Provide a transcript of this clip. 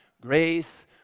grace